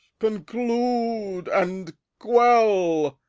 conclude, and quell.